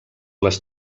les